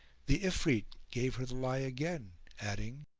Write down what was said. the ifrit gave her the lie again, adding,